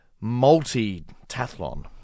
multi-tathlon